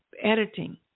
editing